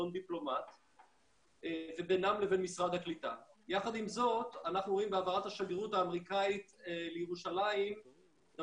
אין ויכוח שהעברת השגרירות האמריקאית לירושלים זה